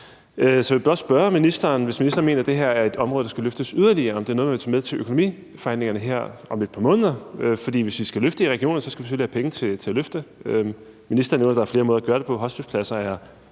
Så jeg vil blot spørge ministeren, hvis ministeren mener, at det her er et område, der skal løftes yderligere, om det er noget, man vil tage med til økonomiforhandlingerne her om et par måneder. For hvis vi skal løfte det i regionerne, skal vi selvfølgelig have penge til at løfte det med. Ministeren nævnte, at der er flere måder at gøre det på. Hospicepladser